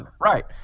Right